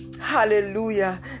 Hallelujah